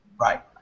Right